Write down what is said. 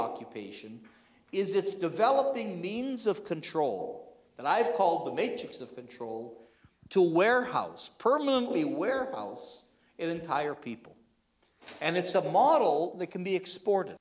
occupation is it's developing means of control that i've called the matrix of control to warehouse permanently where piles and entire people and it's a model that can be export